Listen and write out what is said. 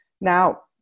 Now